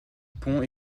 pont